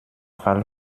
fall